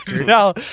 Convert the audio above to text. now